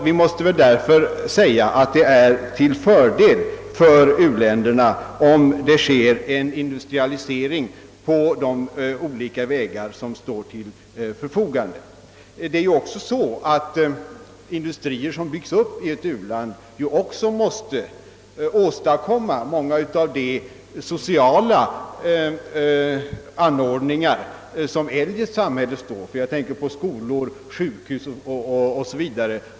Vi måste väl därför säga att det är till fördel för u-länderna, om en industrialisering sker på de olika vägar som nu står till förfogande. De industrier som byggs upp i ett u-land måste också åstadkomma många av de sociala anordningar som samhället eljest står för, t.ex. skolor och sjukhus.